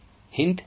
hint hint